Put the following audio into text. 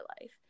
life